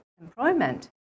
employment